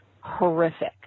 horrific